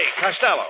Costello